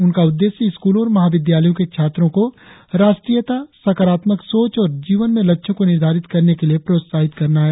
उन्नका उद्देश्य स्कूलों और महाविद्यालयों के छात्रों को राष्ट्रीयता सकारात्मक सोच और जीवन में लक्ष्यों को निर्धारित करने के लिए प्रोत्साहित करना है